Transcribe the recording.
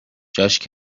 جاش